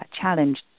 challenge